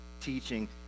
teaching